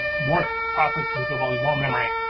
more processing and building more memory,